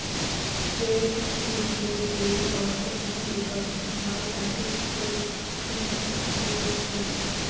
trade থিকে যেই অর্থনীতি উপার্জন হয় তাকে ট্রেড ফিন্যান্স বোলছে